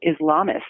Islamists